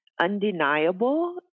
undeniable